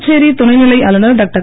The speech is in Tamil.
புதுச்சேரி துணைநிலை ஆளுனர் டாக்டர்